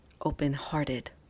Open-hearted